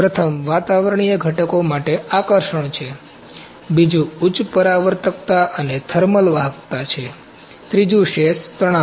પ્રથમ વાતાવરણીય ઘટકો માટે આકર્ષણ છે બીજુ ઉચ્ચ પરાવર્તકતા અને થર્મલ વાહકતા છે ત્રીજું શેષ તણાવ છે